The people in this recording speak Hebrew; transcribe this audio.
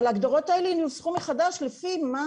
אבל ההגדרות האלה ינוסחו מחדש לפי מה